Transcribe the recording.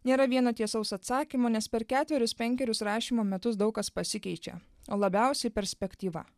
nėra vieno tiesaus atsakymo nes per ketverius penkerius rašymo metus daug kas pasikeičia o labiausiai perspektyva